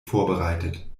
vorbereitet